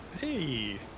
Hey